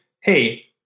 hey